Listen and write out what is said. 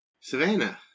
Savannah